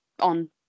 on